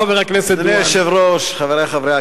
אדוני היושב-ראש, חברי חברי הכנסת,